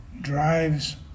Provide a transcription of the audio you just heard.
drives